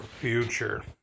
future